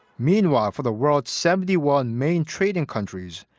meanwhile for the world's seventy one main trading countries,